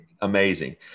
amazing